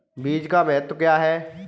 बीज का महत्व क्या है?